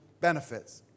Benefits